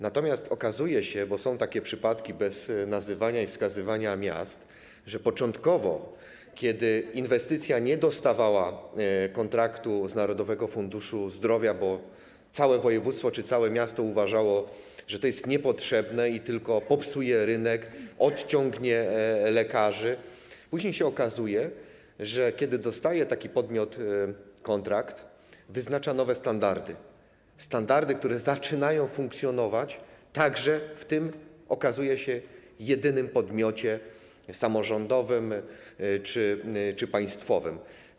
Natomiast są takie przypadki, bez nazywania i wskazywania miast, że początkowo inwestycja nie dostaje kontraktu z Narodowego Funduszu Zdrowia, bo całe województwo czy całe miasto uważa, że to jest niepotrzebne i tylko popsuje rynek, odciągnie lekarzy, a później się okazuje, że kiedy taki podmiot dostaje kontrakt, wyznacza nowe standardy, standardy, które zaczynają funkcjonować także w tym jedynym podmiocie samorządowym czy państwowym.